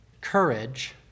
courage